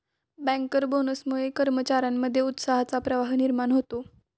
banker बोनसमुळे कर्मचार्यांमध्ये उत्साहाचा प्रवाह निर्माण होतो